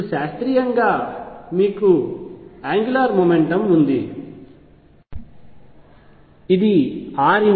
ఇప్పుడు శాస్త్రీయంగా మీకు యాంగ్యులార్ మెకానిక్స్ ఉంది ఇది rp